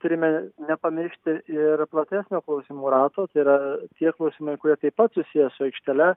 turime nepamiršti ir platesnio klausimų rato tai yra tie klausimai kurie taip pat susiję su aikštele